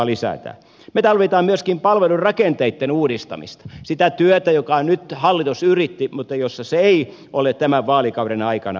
me tarvitsemme myöskin palvelurakenteitten uudistamista sitä työtä jota nyt hallitus yritti mutta jossa se ei ole tämän vaalikauden aikana onnistunut